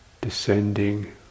descending